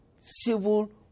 civil